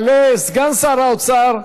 יעלה סגן שר האוצר,